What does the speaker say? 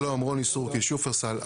שלום, רוני סורקיס, שופרסל.